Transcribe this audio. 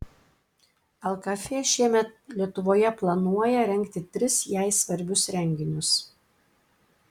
lkf šiemet lietuvoje planuoja rengti tris jai svarbius renginius